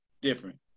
different